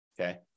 okay